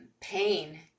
pain